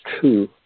true